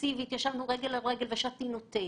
פאסיבית שישבנו רגל על רגל ושתינו תה.